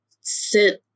sit